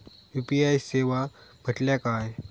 UPI सेवा म्हटल्या काय?